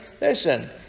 Listen